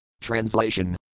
Translation